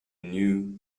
knew